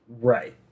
Right